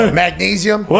magnesium